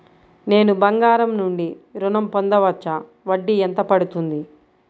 నేను బంగారం నుండి ఋణం పొందవచ్చా? వడ్డీ ఎంత పడుతుంది?